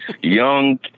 young